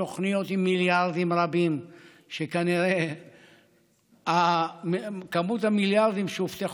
תוכניות עם מיליארדים רבים כשכנראה כמות המיליארדים שהובטחו,